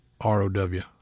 R-O-W